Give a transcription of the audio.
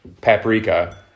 paprika